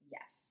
Yes